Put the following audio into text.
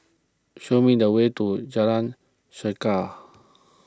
show me the way to Jalan Chegar